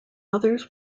others